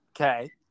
okay